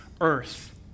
earth